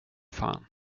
fan